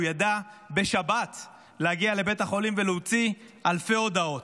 הוא ידע בשבת להגיע לבית החולים ולהוציא אלפי הודעות.